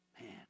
Man